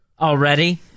already